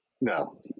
No